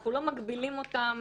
אנחנו לא מגבילים אותם